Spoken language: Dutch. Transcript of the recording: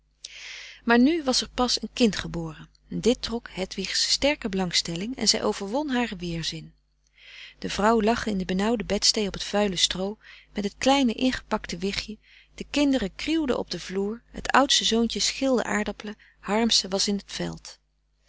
maar nu was er pas een kind geboren dit trok hedwigs sterke belangstelling en zij overwon haren weerzin de vrouw lag in de benauwde bedstee op het vuile stroo met het kleine ingepakte wichtje de kinderen kriewden op den vloer het oudste zoontje schilde aardappelen harmsen was in t veld